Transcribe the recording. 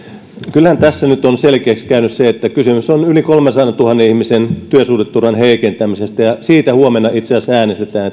kyllähän tässä nyt on selkeäksi käynyt se että kysymys on yli kolmensadantuhannen ihmisen työsuhdeturvan heikentämisestä ja siitä huomenna itse asiassa äänestetään